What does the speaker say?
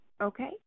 okay